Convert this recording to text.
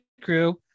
crew